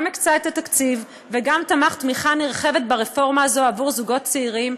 גם הקצה את התקציב וגם תמך תמיכה נרחבת ברפורמה הזו עבור זוגות צעירים.